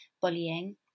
bullying